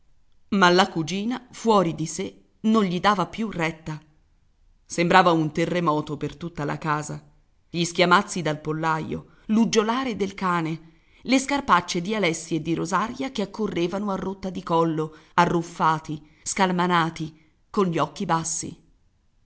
ma la cugina fuori di sé non gli dava più retta sembrava un terremoto per tutta la casa gli schiamazzi dal pollaio l'uggiolare del cane le scarpaccie di alessi e di rosaria che accorrevano a rotta di collo arruffati scalmanati con gli occhi bassi